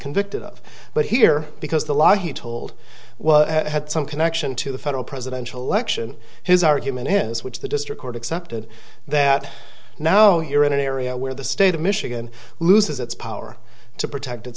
convicted of but here because the law he told well had some connection to the federal presidential election his argument is which the district court accepted that now you're in an area where the state of michigan loses its power to protect